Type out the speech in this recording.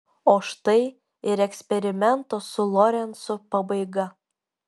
o štai ir eksperimento su lorencu pabaiga